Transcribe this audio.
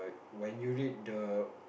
when you read the